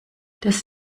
das